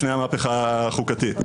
לפני המהפכה החוקתית.